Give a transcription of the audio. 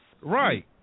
Right